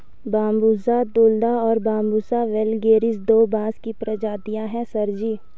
Bambusa tulda और Bambusa vulgaris दो बांस की प्रजातियां हैं सर जी